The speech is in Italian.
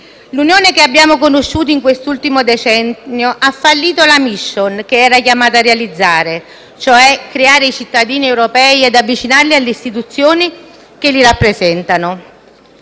L'Unione che abbiamo conosciuto in quest'ultimo decennio ha fallito la *mission* che era chiamata a realizzare, cioè creare i cittadini europei e avvicinarli alle istituzioni che li rappresentano.